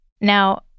Now